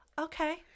okay